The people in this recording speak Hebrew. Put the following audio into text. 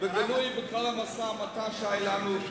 בכל המשא-ומתן שהיה לנו,